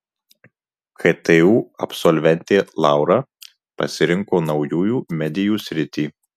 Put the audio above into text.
ktu absolventė laura pasirinko naujųjų medijų sritį